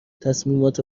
تصمیمات